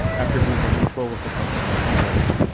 after losing control of the company, he wrote,